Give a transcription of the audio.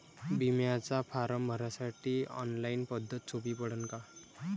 बिम्याचा फारम भरासाठी ऑनलाईन पद्धत सोपी पडन का?